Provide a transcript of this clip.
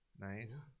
Nice